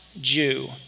Jew